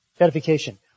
edification